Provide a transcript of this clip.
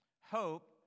hope